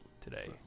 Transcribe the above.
Today